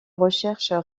recherches